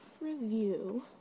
review